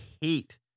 hate